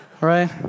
Right